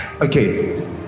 Okay